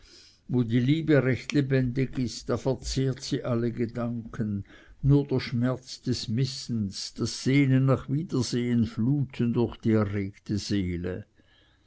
wo die liebe recht lebendig ist da verzehrt sie alle gedanken nur der schmerz des missens das sehnen nach wiedersehen fluten durch die erregte seele